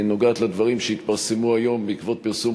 נוגעת לדברים שהתפרסמו היום בעקבות פרסום